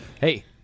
Hey